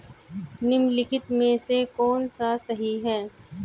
निम्नलिखित में से कौन सा सही है?